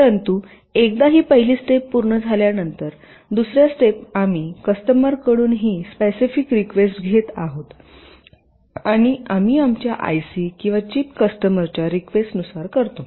परंतु एकदा ही पहिली स्टेप पूर्ण झाल्यानंतर दुसर्या स्टेप आम्ही कस्टमरकडून ही स्पेसिफिक रिक्वेस्ट घेत आहोत आणि आम्ही आमच्या आयसी किंवा चिप कस्टमरच्या रिक्वेस्ट नुसार करतो